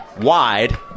wide